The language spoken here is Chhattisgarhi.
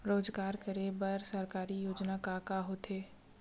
रोजगार करे बर सरकारी योजना का का होथे?